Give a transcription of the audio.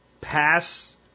pass